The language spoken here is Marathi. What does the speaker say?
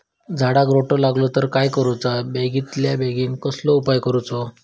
झाडाक रोटो लागलो तर काय करुचा बेगितल्या बेगीन कसलो उपाय करूचो?